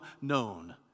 known